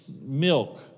milk